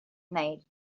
night